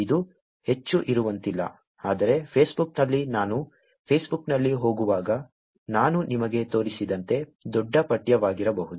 ಇದು ಹೆಚ್ಚು ಇರುವಂತಿಲ್ಲ ಆದರೆ ಫೇಸ್ಬುಕ್ನಲ್ಲಿ ನಾನು ಫೇಸ್ಬುಕ್ನಲ್ಲಿ ಹೋಗುವಾಗ ನಾನು ನಿಮಗೆ ತೋರಿಸಿದಂತೆ ದೊಡ್ಡ ಪಠ್ಯವಾಗಿರಬಹುದು